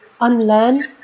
unlearn